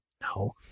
No